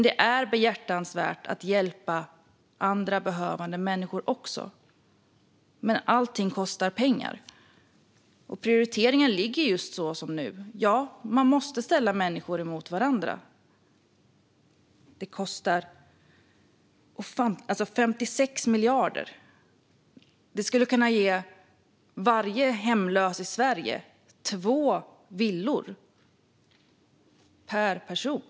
Det är behjärtansvärt att hjälpa andra behövande människor också, men allting kostar pengar, och prioriteringen ligger som den gör just nu. Ja, man måste ställa människor mot varandra. Biståndet kostar. 56 miljarder skulle räcka för att ge varje hemlös i Sverige två villor per person.